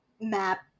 map